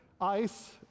ice